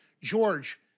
George